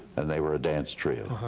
and they were a dance trio.